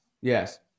Yes